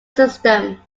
system